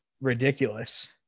ridiculous